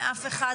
ואף אחד,